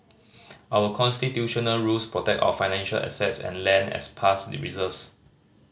our constitutional rules protect our financial assets and land as past reserves